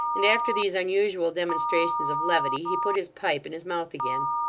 and after these unusual demonstrations of levity, he put his pipe in his mouth again.